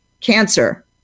cancer